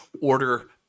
order